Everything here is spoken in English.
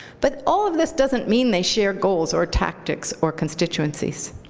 but all of this doesn't mean they share goals or tactics or constituencies.